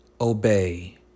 obey